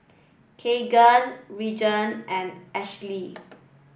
Kaaren Reagan and Ashlie